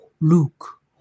luke